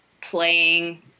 playing